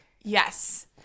Yes